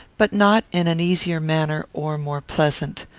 but not in an easier manner or more pleasant.